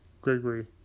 Gregory